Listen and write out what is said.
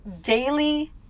daily